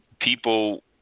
People